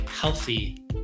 healthy